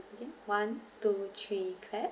one two three clap